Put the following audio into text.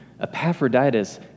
Epaphroditus